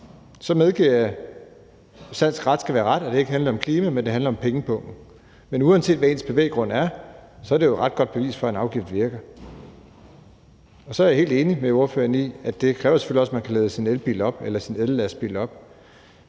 Så medgiver jeg, hvis ret skal være ret, at det så ikke handler om klima, men at det handler om pengepungen. Men uanset hvad ens bevæggrund er, er det jo ret godt bevis for, at en afgift virker. Og så er jeg helt enig med ordføreren i, at det selvfølgelig også kræver, at man kan lade sin elbil eller ellastbil op.